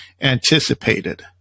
anticipated